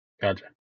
gotcha